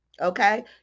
okay